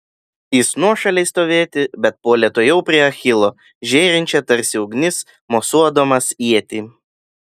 jis nuošaliai stovėti bet puolė tuojau prie achilo žėrinčią tarsi ugnis mosuodamas ietį